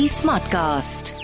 smartcast